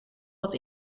wat